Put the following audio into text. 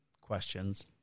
questions